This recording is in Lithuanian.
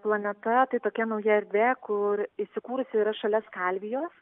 planeta tai tokia nauja erdvė kur įsikūrusi šalia salvijos